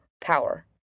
power